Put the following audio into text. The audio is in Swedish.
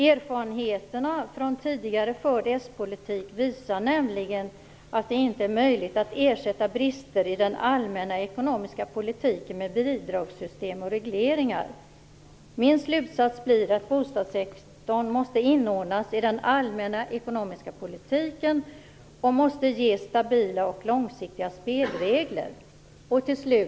Erfarenheterna från tidgare förd s-politik visar nämligen att det inte är möjligt att ersätta brister i den allmänna ekonomiska politiken med bidragssystem och regleringar. Min slutsats blir att bostadssektorn måste inordnas i den allmänna ekonomiska politiken och ges stabila och långsiktiga spelregler.